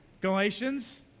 Galatians